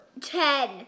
Ten